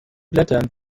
blätternd